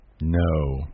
No